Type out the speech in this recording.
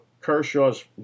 Kershaw's